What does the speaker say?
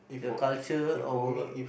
the culture about